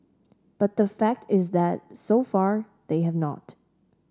but the fact is that so far they have not